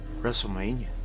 WrestleMania